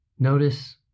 Notice